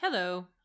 Hello